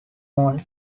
morning